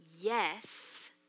yes